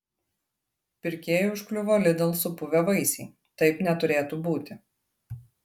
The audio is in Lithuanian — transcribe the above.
pirkėjui užkliuvo lidl supuvę vaisiai taip neturėtų būti